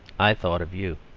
i thought of you.